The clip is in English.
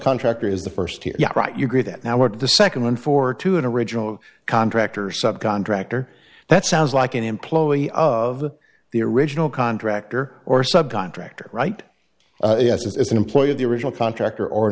contractor is the first to yeah right you agree that now what the second one for to an original contractor subcontractor that sounds like an employee of the original contractor or subcontractor right yes is an employee of the original contractor or an